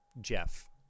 Jeff